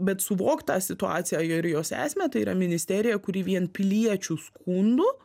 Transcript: bet suvokt tą situaciją ir jos esmę tai yra ministerija kuri vien piliečių skundų